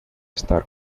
estar